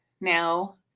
now